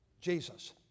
Jesus